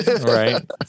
right